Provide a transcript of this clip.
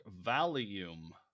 volume